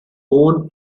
own